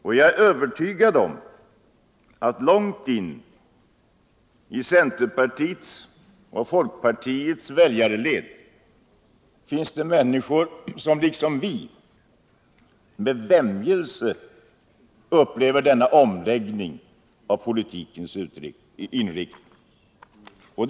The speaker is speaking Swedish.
Och jag är övertygad om att långt inne i centerpartiets och folkpartiets väljarled finns det människor som liksom vi med vämjelse upplever denna omläggning av politikens inriktning.